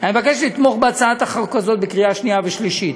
לתמוך בהצעת החוק הזאת בקריאה שנייה ושלישית,